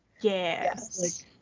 Yes